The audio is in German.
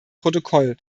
protokoll